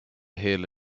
hill